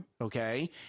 Okay